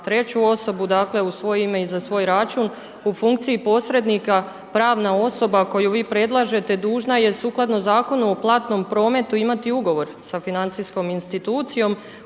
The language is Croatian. za 3 osobu, dakle u svoje ime i za svoj račun u funkciji posrednika, pravna osoba koju vi predlažete dužna je sukladno Zakonu o platnom prometu imati ugovor sa financijskom institucijom